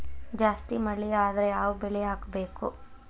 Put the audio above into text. ಜಾಸ್ತಿ ಮಳಿ ಆದ್ರ ಯಾವ ಬೆಳಿ ಹಾಕಬೇಕು?